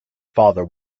father